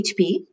HP